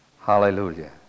Hallelujah